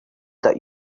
that